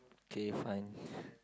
K fine